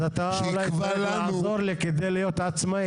אז אתה אולי תוכל לעזור לי כדי להיות עצמאי.